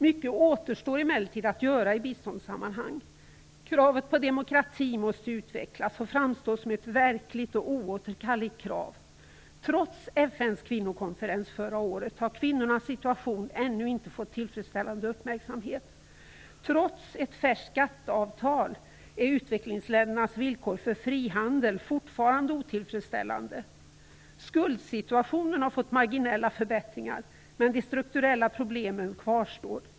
Mycket återstår emellertid att göra i biståndssammanhang. Kravet på demokrati måste utvecklas och framstå som ett verkligt och oåterkalleligt krav. Trots FN:s kvinnokonferens förra året har kvinnornas situation ännu inte fått tillfredsställande uppmärksamhet. Trots ett färskt GATT-avtal är utvecklingsländernas villkor för frihandel fortfarande otillfredsställande. Skuldsituationen har fått marginella förbättringar. Men de strukturella problemen kvarstår.